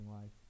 life